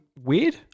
weird